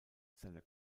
seine